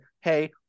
Hey